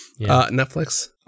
netflix